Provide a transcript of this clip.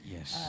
Yes